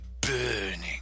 burning